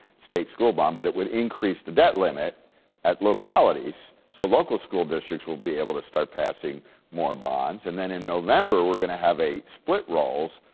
state school bond, but it would increase the debt limit at localities. so local school districts will be able to start passing more bonds and then in november, we're going to have a split roles,